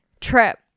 trip